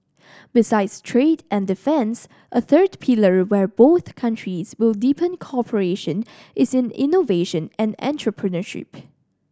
besides trade and defence a third pillar where both countries will deepen cooperation is in innovation and entrepreneurship